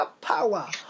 power